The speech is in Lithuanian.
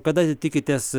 kada tikitės